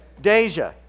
Deja